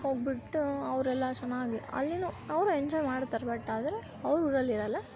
ಹೋಗ್ಬಿಟ್ಟು ಅವರೆಲ್ಲ ಚೆನ್ನಾಗಿ ಅಲ್ಲಿಯೂ ಅವ್ರು ಎಂಜಾಯ್ ಮಾಡ್ತಾರೆ ಬಟ್ ಆದ್ರೆ ಅವ್ರು ಊರಲ್ಲಿ ಇರಲ್ಲ